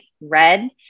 red